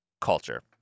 culture